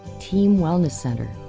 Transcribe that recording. team wellness center.